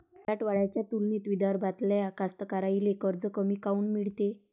मराठवाड्याच्या तुलनेत विदर्भातल्या कास्तकाराइले कर्ज कमी काऊन मिळते?